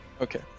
Okay